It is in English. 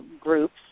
groups